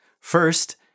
First